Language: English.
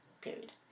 Period